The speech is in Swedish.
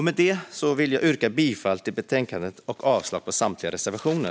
Med det vill jag yrka bifall till utskottets förslag i betänkandet och avslag på samtliga reservationer.